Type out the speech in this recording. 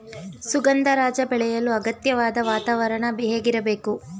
ಸುಗಂಧರಾಜ ಬೆಳೆಯಲು ಅಗತ್ಯವಾದ ವಾತಾವರಣ ಹೇಗಿರಬೇಕು?